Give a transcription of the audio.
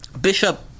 Bishop